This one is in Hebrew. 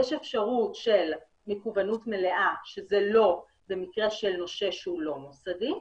יש אפשרות של מקוונות מלאה שזה לא במקרה של נושה שהוא לא מוסדי,